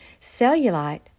Cellulite